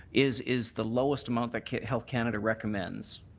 is is the lowest amount that health canada recommends.